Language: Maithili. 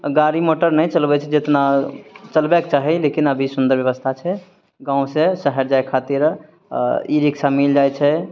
गाड़ी मोटर नहि चलबै छै जेतना चलबएक चाही लेकिन अभी सुन्दर ब्यवस्था छै गाँवसए शहर जाइ खातिररऽ ई रिक्शा मिल जाइ छै